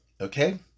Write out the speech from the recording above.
Okay